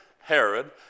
Herod